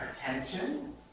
attention